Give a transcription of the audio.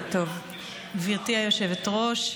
גברתי היושבת-ראש,